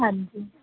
ਹਾਂਜੀ